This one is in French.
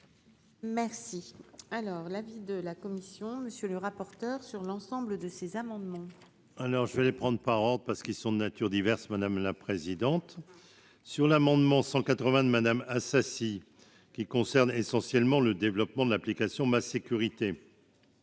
Merci, alors l'avis de la commission, monsieur le rapporteur sur l'ensemble de ces amendements. Alors je suis allée prendre parce qu'ils sont de nature diverses, madame la présidente, sur l'amendement 182 Madame Assassi qui concerne essentiellement le développement de l'application ma sécurité